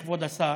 כבוד השר,